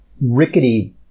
rickety